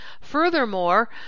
Furthermore